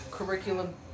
curriculum